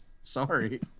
Sorry